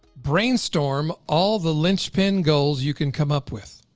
brainstorm all the linchpin goals you can come up with.